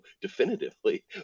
definitively